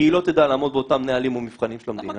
כי היא לא תדע לעמוד באותם נהלים או מבחנים של המדינה